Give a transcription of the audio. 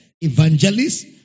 evangelists